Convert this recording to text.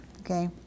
Okay